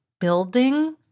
building